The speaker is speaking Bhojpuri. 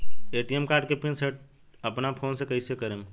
ए.टी.एम कार्ड के पिन सेट अपना फोन से कइसे करेम?